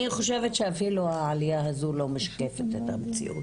אני חושבת שאפילו העלייה הזו לא משקפת את המציאות.